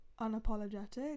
unapologetic